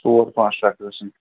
ژور پانٛژھ ٹرٛکہٕ حظ چھِ نِنۍ